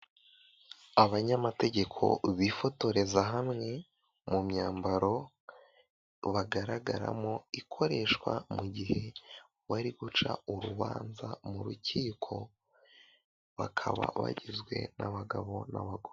Abanyamategeko bifotoreza hamwe, mu myambaro bagaragaramo ikoreshwa mu gihe bari guca urubanza mu rukiko, bakaba bagizwe n'abagabo n'abagore.